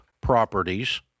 properties